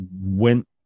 went